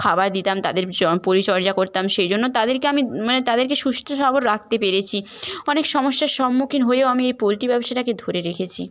খাবার দিতাম তাদের সব পরিচর্যা করতাম সেই জন্য তাদেরকে আমি মানে তাদেরকে সুস্থ সবল রাখতে পেরেছি অনেক সমস্যার সম্মুখীন হয়েও আমি এই পোলট্রি ব্যবসাটাকে ধরে রেখেছি